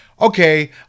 Okay